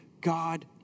God